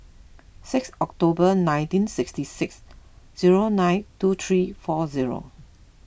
six October nineteen sixty six zero nine two three four zero